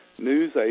News